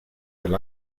del